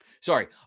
Sorry